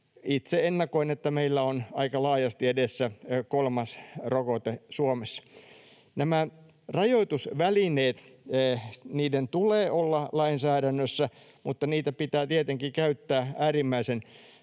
Itse ennakoin, että meillä on aika laajasti edessä kolmas rokote Suomessa. Näiden rajoitusvälineiden tulee olla lainsäädännössä, mutta niitä pitää tietenkin käyttää äärimmäisen